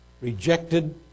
Rejected